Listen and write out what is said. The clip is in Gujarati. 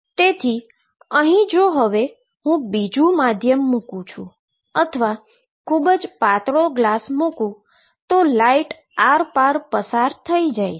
અને તેથી અહી જો હવે હું બીજુ માધ્યમ અહી મુકુ અથવા તો ખુબ જ પાતળો ગ્લાસ મુકુ તો લાઈટ આરપાર પસાર થઈ જાય છે